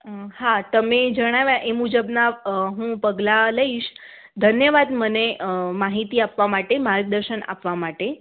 હા તમે જણાવ્યા એ મુજબના હું પગલા લઈશ ધન્યવાદ મને માહિતી આપવા માટે માર્ગદર્શન આપવા માટે